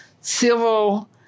civil